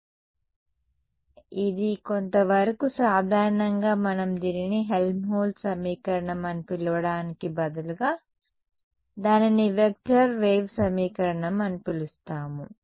కాబట్టి ఇది కొంతవరకు సాధారణంగా మనం దీనిని హెల్మ్హోల్ట్జ్ సమీకరణం అని పిలవడానికి బదులుగా దానిని వెక్టర్ వేవ్ సమీకరణం అని పిలుస్తాము